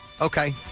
Okay